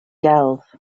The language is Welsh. gelf